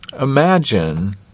Imagine